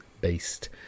based